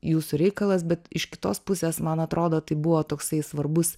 jūsų reikalas bet iš kitos pusės man atrodo tai buvo toksai svarbus